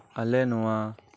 ᱟᱞᱮ ᱱᱚᱶᱟ